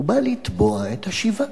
הוא בא לתבוע את השיבה.